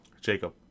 Jacob